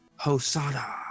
Hosada